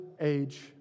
age